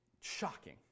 shocking